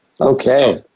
Okay